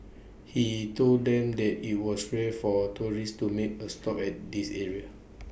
he told them that IT was rare for tourists to make A stop at this area